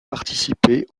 participer